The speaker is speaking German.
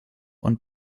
und